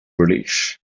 relief